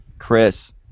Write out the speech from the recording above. Chris